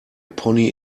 pony